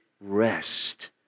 rest